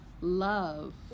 love